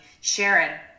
Sharon